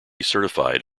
certified